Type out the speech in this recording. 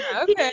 okay